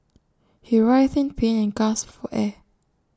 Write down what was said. he writhed in pain and gasped for air